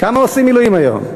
כמה עושים מילואים היום?